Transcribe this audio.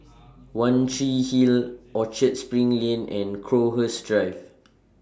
one Tree Hill Orchard SPRING Lane and Crowhurst Drive